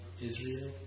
Israel